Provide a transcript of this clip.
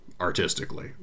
artistically